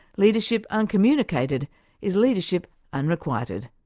leadership uncommunicated is leadership unrequited!